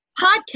podcast